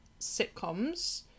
sitcoms